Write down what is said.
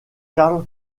karl